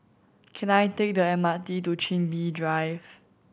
can I take the M R T to Chin Bee Drive